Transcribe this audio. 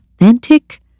authentic